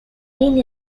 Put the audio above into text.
been